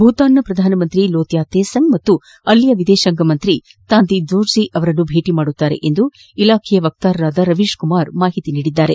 ಭೂತಾನದ ಪ್ರಧಾನಿ ಲೊಟ್ಕಾ ತೆಸಂಗ್ ಹಾಗೂ ವಿದೇಶಾಂಗ ಸಚಿವ ತಾಂಡಿ ದೋರ್ಜಿ ಅವರನ್ನು ಭೇಟಿ ಮಾಡಲಿದ್ದಾರೆ ಎಂದು ಇಲಾಖೆಯ ವಕ್ತಾರ ರವೀಶ್ಕುಮಾರ್ ಹೇಳಿದ್ದಾರೆ